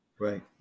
right